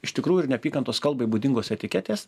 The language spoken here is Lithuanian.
iš tikrųjų ir neapykantos kalbai būdingos etiketės